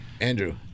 Andrew